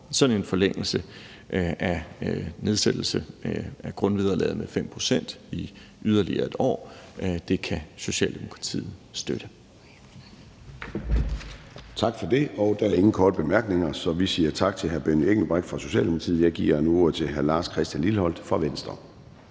Sådan en forlængelse af nedsættelsen af grundvederlaget med 5 pct. i yderligere 1 år kan Socialdemokratiet støtte.